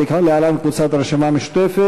להלן: קבוצת סיעת הרשימה המשותפת,